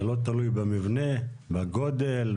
זה לא תלוי במבנה, בגודל.